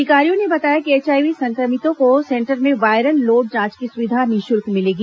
अधिकारियों ने बताया कि एचआईवी संक्रमितों को सेंटर में वायरल लोड जांच की सुविधा निशुल्क मिलेगी